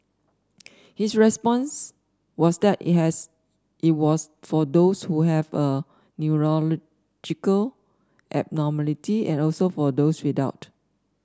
his response was that it has it was for those who have a neurological abnormality and also for those without